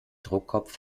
druckkopf